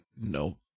no